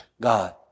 God